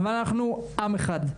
אבל אנחנו עם אחד.